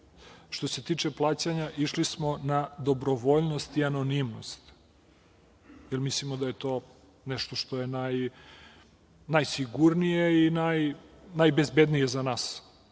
se tiče plaćanja išli smo na dobrovoljnost i anonimnost, jer mislimo da je to nešto što je najsigurnije i najbezbednije za nas